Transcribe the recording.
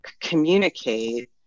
communicate